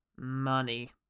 Money